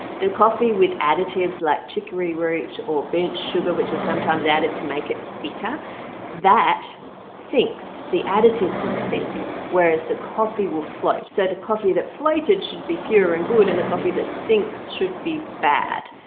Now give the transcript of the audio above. the coffee with additives like chicory root or burnt sugar which is sometimes added to make it bitter that sinks, the additives will sink whereas the coffee will float so the coffee that floated should be pure and good and the coffee that sinks should be bad.